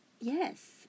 Yes